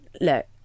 look